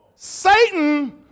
Satan